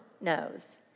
knows